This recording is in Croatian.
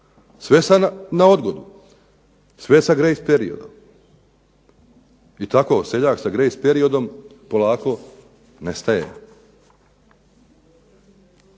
Sve sada na odgodu. Sve sa grace periodom. I tako seljak sa grace periodom polako nestaje.